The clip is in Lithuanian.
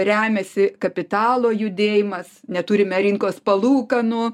remiasi kapitalo judėjimas neturime rinkos palūkanų